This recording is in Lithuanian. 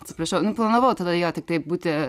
atsiprašau nu planavau tada jo tiktai būti